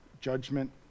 judgment